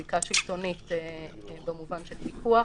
זיקה שלטונית במובן של פיקוח.